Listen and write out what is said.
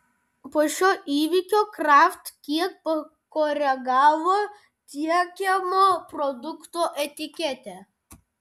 po šio įvykio kraft kiek pakoregavo tiekiamo produkto etiketę